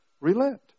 relent